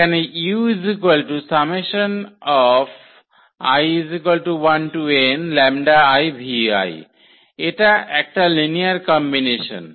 এখানে এটা একটা লিনিয়ার কম্বিনেশন